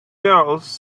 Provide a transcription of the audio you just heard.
girls